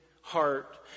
heart